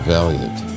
Valiant